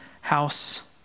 house